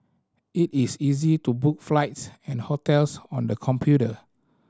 it is easy to book flights and hotels on the computer